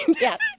Yes